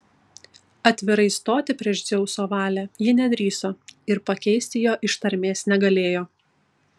atvirai stoti prieš dzeuso valią ji nedrįso ir pakeisti jo ištarmės negalėjo